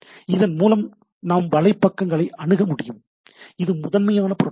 இதன் மூலம் நாம் வலைப்பக்கங்களை அணுக முடியும் இது முதன்மையான ப்ரோட்டோகால்